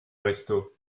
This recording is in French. restaud